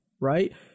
right